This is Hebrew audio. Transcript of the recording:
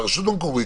הרשות המקומית,